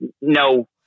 no